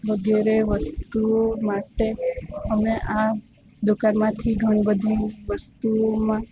વગેરે વસ્તુ માટે અમે આ દુકાનમાંથી ઘણીબધી વસ્તુઓમાં